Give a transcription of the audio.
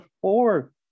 four